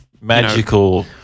magical